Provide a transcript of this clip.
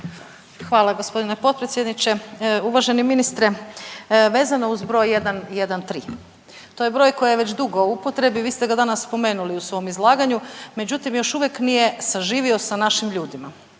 Hvala gospodine potpredsjedniče. Uvaženi ministre vezano uz broj 113, to je broj koji je već dugo u upotrebi, vi ste ga danas spomenuli u svom izlaganju međutim još uvijek nije saživio sa našim ljudima.